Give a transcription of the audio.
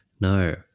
No